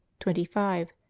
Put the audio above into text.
twenty five.